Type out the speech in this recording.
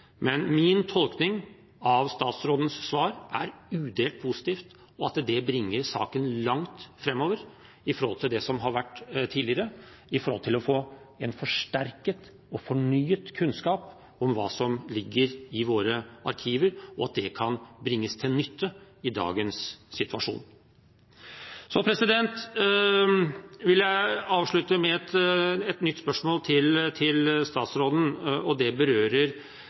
Men min tolkning av statsrådens svar er udelt positivt, og det bringer saken langt framover i forhold til tidligere, med tanke på å få en forsterket og fornyet kunnskap om hva som ligger i våre arkiver og kan komme til nytte i dagens situasjon. Så vil jeg avslutte med et nytt spørsmål til statsråden, og det berører